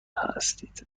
هستید